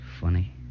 Funny